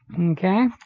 Okay